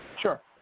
Sure